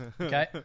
Okay